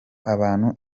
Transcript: abantu